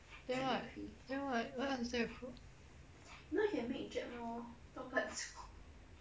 then what then what what other things you cook